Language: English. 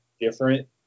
different